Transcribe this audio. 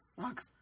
sucks